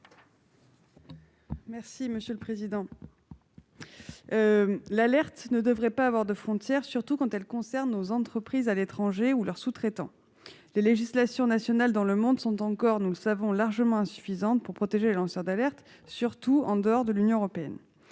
est à Mme Mélanie Vogel. L'alerte ne devrait pas avoir de frontières, surtout quand elle concerne nos entreprises à l'étranger ou leurs sous-traitants. Nous le savons, les législations nationales dans le monde sont encore largement insuffisantes pour protéger les lanceurs d'alerte, surtout en dehors de l'Union européenne.